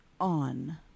on